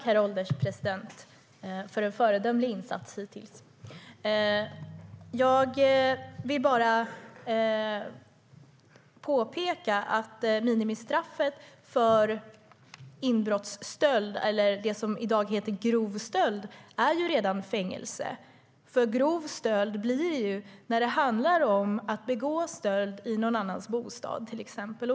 Herr ålderspresident! Jag vill påpeka att minimistraffet för inbrottsstöld, det som i dag heter grov stöld, redan är fängelse. Grov stöld är det nämligen när det handlar om att till exempel begå stöld i någon annans bostad.